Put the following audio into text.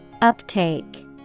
Uptake